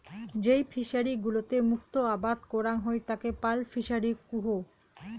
যেই ফিশারি গুলোতে মুক্ত আবাদ করাং হই তাকে পার্ল ফিসারী কুহ